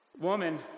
Woman